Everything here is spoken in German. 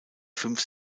fünf